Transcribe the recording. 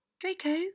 Draco